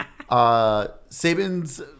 Saban's